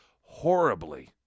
horribly